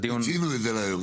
מיצינו רגע להיום.